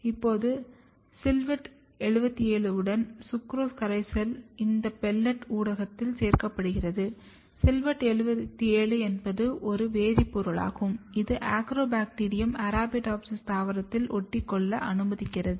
இப்போது சில்வெட் 77 உடன் சுக்ரோஸ் கரைசலில் இந்த பெல்லட் ஊடகத்தில் சேர்க்கப்படுகிறது சில்வெட் 77 என்பது ஒரு வேதிப்பொருளாகும் இது அக்ரோபாக்டீரியம் அரபிடோப்சிஸ் தாவரத்தில் ஒட்டிக்கொள்ள அனுமதிக்கிறது